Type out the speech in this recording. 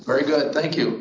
very good thank you